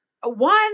one